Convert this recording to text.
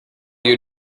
you